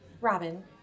Robin